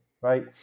right